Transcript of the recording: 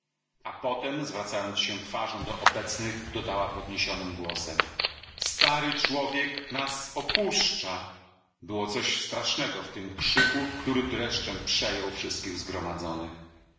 a potem zwracając się twarzą do obecnych dodała podniesionym głosem stary człowiek nas opuszcza było coś strasznego w tym krzyku który dreszczem przejął wszystkich zgromadzonych